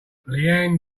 leanne